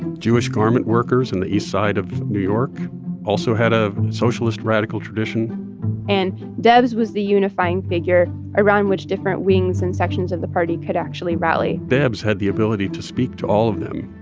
jewish garment workers on and the east side of new york also had a socialist radical tradition and debs was the unifying figure around which different wings and sections of the party could actually rally debs had the ability to speak to all of them.